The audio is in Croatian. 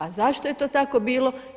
A zašto je to tako bilo?